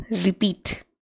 repeat